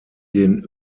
den